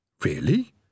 Really